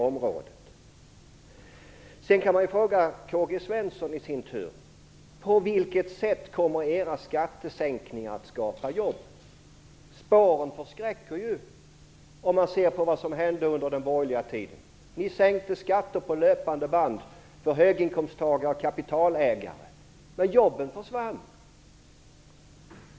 Jag kan i min tur fråga K-G Svenson: På vilket sätt kommer era skattesänkningar att skapa jobb? Spåren förskräcker när man ser på vad som hände under den borgerliga tiden. Ni sänkte på löpande band skatter för höginkomsttagare och kapitalägare, men jobben försvann.